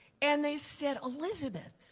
and they said, elizabeth,